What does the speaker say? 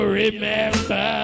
remember